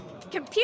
Computer